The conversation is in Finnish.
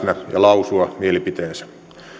ja lausua mielipiteensä